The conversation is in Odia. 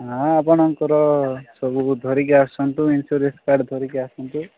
ଆପଣଙ୍କର ସବୁକୁ ଧରିକି ଆସନ୍ତୁ ଇନ୍ସୁରାନ୍ସ୍ କାର୍ଡ଼୍ ଧରିକି ଆସନ୍ତୁ